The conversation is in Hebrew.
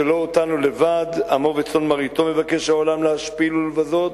שלא אותנו לבד עמו וצאן מרעיתו מבקש העולם להשפיל ולבזות,